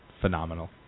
phenomenal